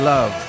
Love